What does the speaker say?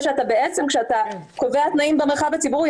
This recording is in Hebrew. כשאתה קובע תנאים במרחב הציבורי,